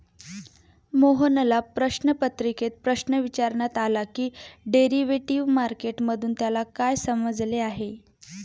मोहनला प्रश्नपत्रिकेत प्रश्न विचारण्यात आला की डेरिव्हेटिव्ह मार्केट मधून त्याला काय समजले आहे?